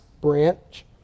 branch